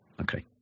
Okay